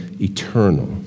eternal